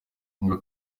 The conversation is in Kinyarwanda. buvuga